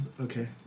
Okay